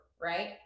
right